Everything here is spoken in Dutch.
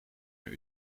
naar